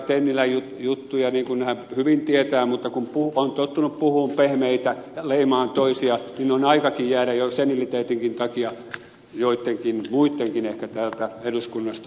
tennilän juttuja niin kuin hän hyvin tietää mutta kun on tottunut puhumaan pehmeitä leimaamaan toisia niin on aikakin jäädä jo seniliteetinkin takia joittenkin muittenkin ehkä täältä eduskunnasta pois